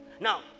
Now